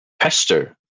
Pester